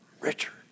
Richard